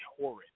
horrid